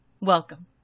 welcome